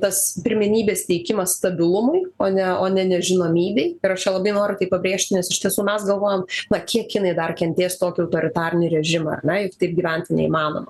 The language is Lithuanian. tas pirmenybės teikimas stabilumui o ne o ne nežinomybei ir aš čia labai noriu tai pabrėžti nes iš tiesų mes galvojam va kiek kinai dar kentės tokį autoritarinį režimą na juk taip gyventi neįmanoma